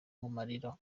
marira